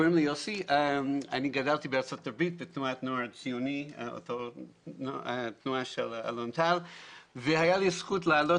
אני גדלתי בארצות הברית בתנועת נוער הציוני והייתה לי הזכות לעלות